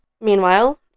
Meanwhile